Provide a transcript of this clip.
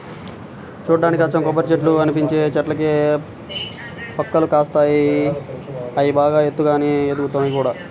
చూడ్డానికి అచ్చం కొబ్బరిచెట్టుల్లా కనిపించే చెట్లకే వక్కలు కాస్తాయి, అయ్యి బాగా ఎత్తుగానే ఎదుగుతయ్ గూడా